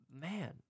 man